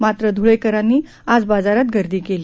मात्र धुळेकरांनी आज बाजारात गर्दी केली